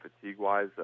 fatigue-wise